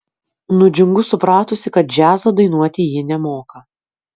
nudžiungu supratusi kad džiazo dainuoti ji nemoka